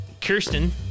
Kirsten